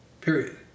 Period